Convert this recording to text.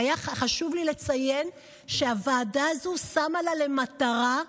היה חשוב לי לציין שהוועדה הזו שמה לה למטרה,